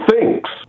thinks